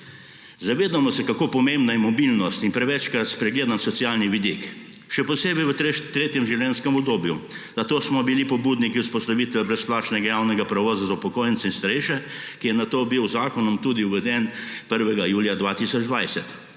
Zavedamo se, kako pomembna je mobilnost in prevečkrat spregledan socialni vidik, še posebej v tretjem življenjskem obdobju. Zato smo bili pobudniki vzpostavitve brezplačnega javnega prevoza za upokojence in starejše, ki je nato bil z zakonom tudi uveden 1. julija 2020.